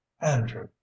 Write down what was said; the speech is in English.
Andrew